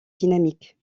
dynamique